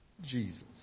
Jesus